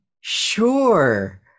sure